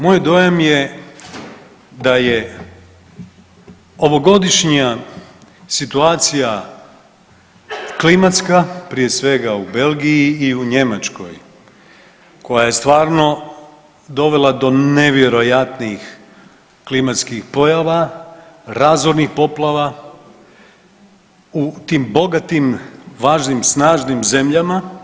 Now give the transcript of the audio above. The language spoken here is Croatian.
Moj dojam je da je ovogodišnja situacija klimatska, prije svega u Belgiji i u Njemačkoj koja je stvarno dovela do nevjerojatnih klimatskih pojava, razornih poplava u tim bogatim važnim, snažnim zemljama.